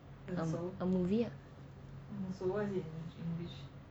a movie lah